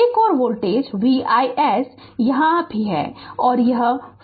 एक और voltage Vis यहाँ भी और यह 50 है